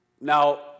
Now